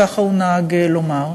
כך הוא נהג לומר.